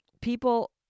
people